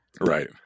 right